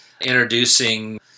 introducing